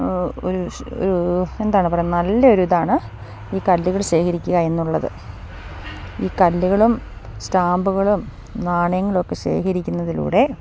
ഒരു ഒരു എന്താണ് പറയുക നല്ലൊരിതാണ് ഈ കല്ലുകൾ ശേഖരിക്കുക എന്നുള്ളത് ഈ കല്ലുകളും സ്റ്റാമ്പുകളും നാണയങ്ങളൊക്കെ ശേഖരിക്കുന്നതിലൂടെ